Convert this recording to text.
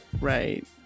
right